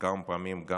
כמה פעמים גם